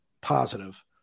positive